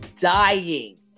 dying